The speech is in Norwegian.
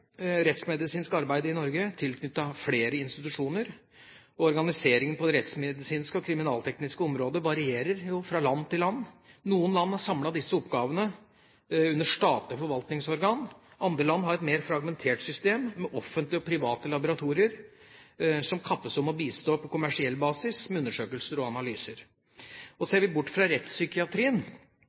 rettsmedisinsk arbeid i Norge i tilknytning til flere institusjoner. Organiseringen på det rettsmedisinske og kriminaltekniske området varierer fra land til land. Noen land har samlet disse oppgavene under statlige forvaltningsorgan. Andre land har et mer fragmentert system med offentlige og private laboratorier som kappes om å bistå på kommersiell basis med undersøkelser og analyser. Ser vi bort fra rettspsykiatrien,